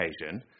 occasion